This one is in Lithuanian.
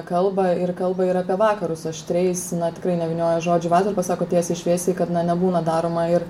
kalba ir kalba ir apie vakarus aštriais na tikrai nevynioja žodžių į vatą ir pasako tiesiai šviesiai kad na nebūna daroma ir